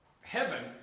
heaven